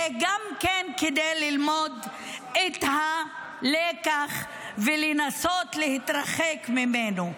זה גם כדי ללמוד את הלקח ולנסות להתרחק ממנו.